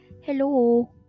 hello